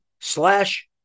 slash